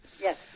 Yes